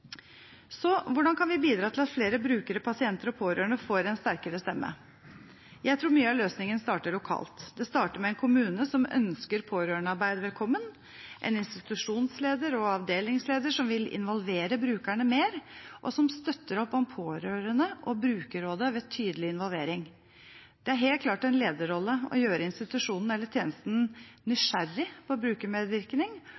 Så, hvordan kan vi bidra til at flere brukere, pasienter og pårørende får en sterkere stemme? Jeg tror mye av løsningen starter lokalt. Det starter med en kommune som ønsker pårørendearbeid velkommen, en institusjonsleder og en avdelingsleder som vil involvere brukerne mer, og som støtter opp om pårørende og brukerrådet ved tydelig involvering. Det er helt klart en lederrolle å gjøre institusjonen eller tjenesten